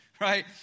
right